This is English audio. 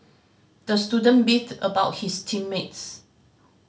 the student beefed about his team mates